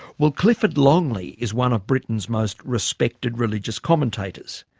well clifford longley is one of britain's most respected religious commentators.